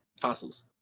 fossils